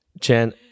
Jen